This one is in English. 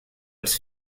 its